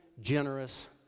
generous